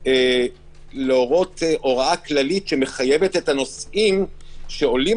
להורות הוראה כללית שמחייבת את הנוסעים שעולים